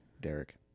Derek